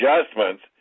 adjustments